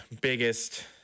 biggest